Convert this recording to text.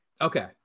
okay